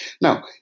Now